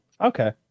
Okay